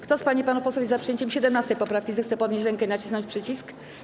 Kto z pań i panów posłów jest za przyjęciem 17. poprawki, zechce podnieść rękę i nacisnąć przycisk.